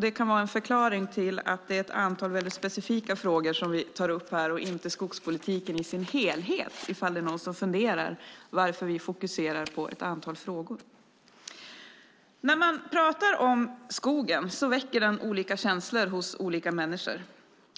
Det kan vara en förklaring till att det är ett antal specifika frågor som vi tar upp här och inte skogspolitiken i sin helhet, ifall det är någon som funderar över varför vi fokuserar på ett antal frågor. När man pratar om skogen väcker den olika känslor hos olika människor.